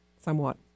somewhat